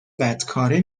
بدکاره